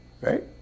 Right